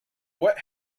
what